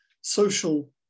social